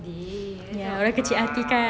ya orang kecil hati kan